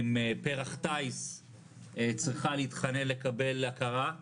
אם פרח טיס צריכה להתחנן לקבל הכרה,